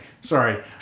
sorry